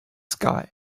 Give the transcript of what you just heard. sky